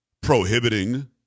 prohibiting